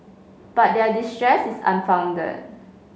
but their distress is unfounded